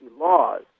laws